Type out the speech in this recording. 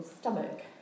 stomach